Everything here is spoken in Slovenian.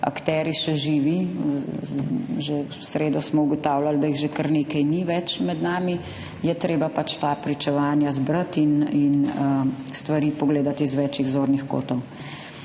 akterji še živi – že v sredo smo ugotavljali, da jih že kar nekaj ni več med nami – je treba pač ta pričevanja zbrati in stvari pogledati z več zornih kotov.